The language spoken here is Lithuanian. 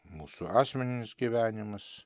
mūsų asmeninis gyvenimas